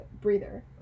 breather